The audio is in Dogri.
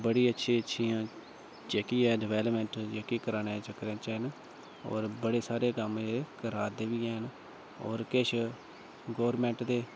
बड़ी बड़ी अच्छी जेह्की डैवलपमैंट ऐ जेह्की करै दे न होर बड़े सारे कम्म जेह्के करै दे बी हैन होर किश गौरमैंट दे